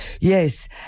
Yes